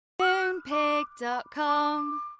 Moonpig.com